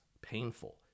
painful